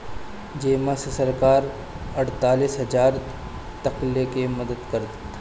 जेमे से सरकार अड़तालीस हजार तकले के मदद करता